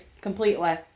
completely